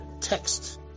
text